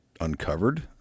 uncovered